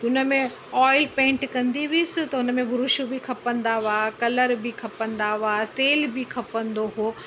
हुन में oil paint कंदी हुअसि त हुन में ब्रुश बि खपंदा हुआ कलर बि खपंदा हुआ तेल बि खपंदो हुओ